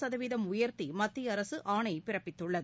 சதவீதம் உயர்த்தி மத்திய அரசு ஆணை பிறப்பித்துள்ளது